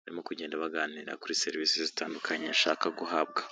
barimo kugenda baganira kuri serivisi zitandukanye ashaka guhabwa.